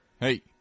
Hey